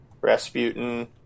Rasputin